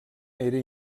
era